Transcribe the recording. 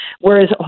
whereas